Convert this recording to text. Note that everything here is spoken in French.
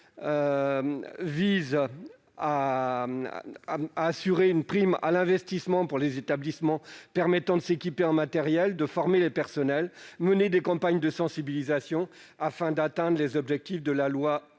vise à accorder une prime à l'investissement permettant aux établissements de s'équiper en matériel, de former leur personnel et de mener des campagnes de sensibilisation, afin d'atteindre les objectifs de la loi